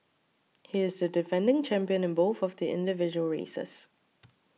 he is the defending champion in both of the individual races